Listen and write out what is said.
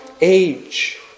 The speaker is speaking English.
age